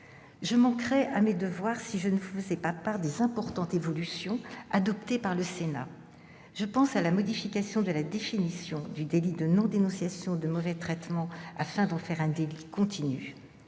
Je manquerais à mes devoirs si je ne mentionnais pas non plus les importantes évolutions adoptées par le Sénat. Je pense à la modification de la définition du délit de non-dénonciation de mauvais traitements, afin d'en faire un délit continu,